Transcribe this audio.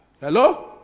hello